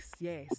yes